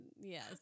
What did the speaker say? Yes